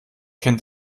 kennt